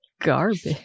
garbage